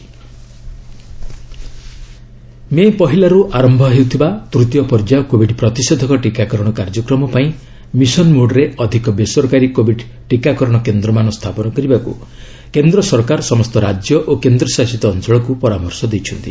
centre status vaccination May ପ୍ରହିଲାରୁ ଆରମ୍ଭ ହେଉଥିବା ତୂତୀୟ ପର୍ଯ୍ୟାୟ କୋବିଡ୍ ପ୍ରତିଷେଧକ ଟିକାକରଣ କାର୍ଯ୍ୟକ୍ରମ ପାଇଁ ମିଶନ୍ ମୋଡ୍ରେ ଅଧିକ ବେସରକାରୀ କୋବିଡ୍ ଟିକାକରଣ କେନ୍ଦ୍ରମାନ ସ୍ଥାପନ କରିବାକୁ କେନ୍ଦ୍ର ସରକାର ସମସ୍ତ ରାଜ୍ୟ ଓ କେନ୍ଦ୍ରଶାସିତ ଅଞ୍ଚଳକୁ ପରାମର୍ଶ ଦେଇଛନ୍ତି